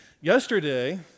Yesterday